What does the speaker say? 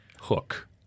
hook